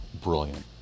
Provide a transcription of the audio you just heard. Brilliant